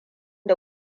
da